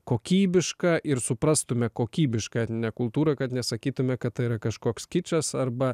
kokybišką ir suprastume kokybišką etninę kultūrą kad nesakytume kad tai yra kažkoks kičas arba